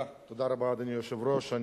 אדוני היושב-ראש,